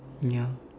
ya